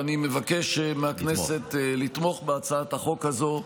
ואני מבקש מהכנסת לתמוך בהצעת החוק הזו,